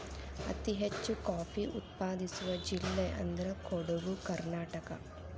ಅತಿ ಹೆಚ್ಚು ಕಾಫಿ ಉತ್ಪಾದಿಸುವ ಜಿಲ್ಲೆ ಅಂದ್ರ ಕೊಡುಗು ಕರ್ನಾಟಕ